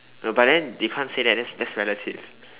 no but then they can't say that that's that's relative